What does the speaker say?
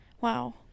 Wow